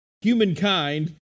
humankind